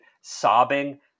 sobbing